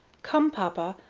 come, papa,